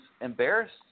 embarrassed